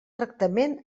tractament